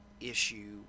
issue